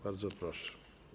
Bardzo proszę.